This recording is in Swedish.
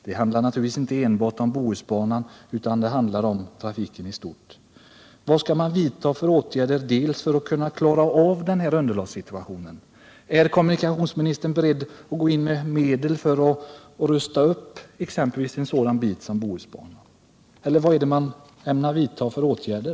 Det handlar naturligtvis inte enbart om Bohusbanan utan även om trafiken i stort. Vilka åtgärder kommer man att vidta för att klara underhållssituationen? Är kommunikationsministern beredd att gå in med medel för att rusta upp exempelvis en sådan bit som Bohusbanan? Vilka åtgärder ämnar man vidta?